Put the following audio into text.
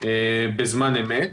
בזמן אמת.